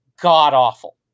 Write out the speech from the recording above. God-awful